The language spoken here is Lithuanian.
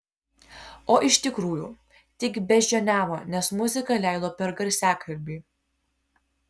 o iš tikrųjų tik beždžioniavo nes muziką leido per garsiakalbį